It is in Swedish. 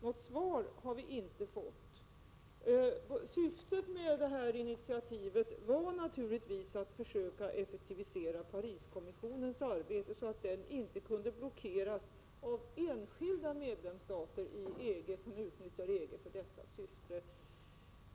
Något svar har vi inte fått. Syftet med detta initiativ var naturligtvis att försöka effektivisera Pariskommissionens arbete på så sätt att det inte kunde blockeras av enskilda medlemsstater i EG som utnyttjar EG i detta syfte.